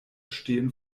stehen